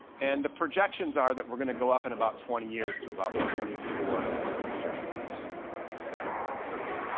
and the projections are that we're going to go up in about twenty years to about twenty four terawatts because of growth.